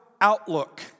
outlook